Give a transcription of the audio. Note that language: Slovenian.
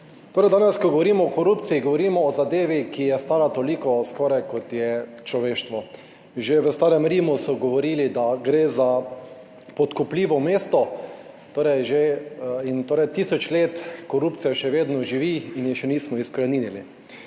Torej, danes, ko govorimo o korupciji, govorimo o zadevi, ki je stara toliko skoraj kot je človeštvo. Že v starem Rimu so govorili, da gre za podkupljivo mesto in torej tisoč let korupcija še vedno živi in je še nismo izkoreninili.